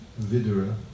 Vidura